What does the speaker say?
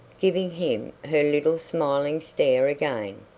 giving him her little smiling stare again.